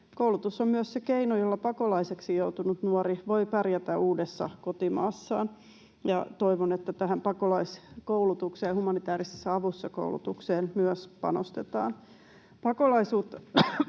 Koulutus on myös se keino, jolla pakolaiseksi joutunut nuori voi pärjätä uudessa kotimaassaan. Ja toivon, että tähän pakolaiskoulutukseen ja koulutukseen humanitäärisessä avussa koulutukseen myös panostetaan. Pakolaisuutta